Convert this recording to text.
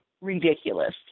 ridiculous